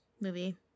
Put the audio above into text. movie